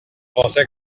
pensait